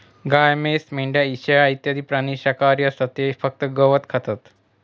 गाय, म्हैस, मेंढ्या, शेळ्या इत्यादी प्राणी शाकाहारी असतात ते फक्त गवत खातात